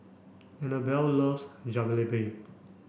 Annabell loves Jalebi